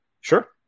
Sure